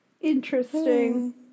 Interesting